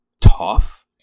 tough